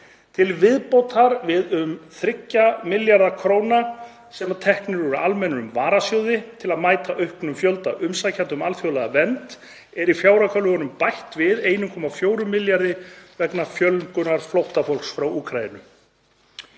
Til viðbótar við um 3 milljarða kr. sem teknir eru úr almennum varasjóði til að mæta auknum fjölda umsækjenda um alþjóðlega vernd er í fjáraukanum bætt við 1,4 milljörðum kr. vegna fjölgunar flóttafólks frá Úkraínu.